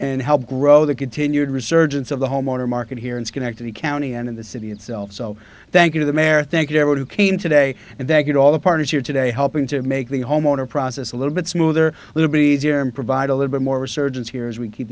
and help grow the continued resurgence of the homeowner market here in schenectady county and in the city itself so thank you to the mayor thank you ever who came today and they get all the parties here today helping to make the homeowner process a little bit smoother little be easier and provide a little bit more resurgence here as we keep